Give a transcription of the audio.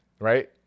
right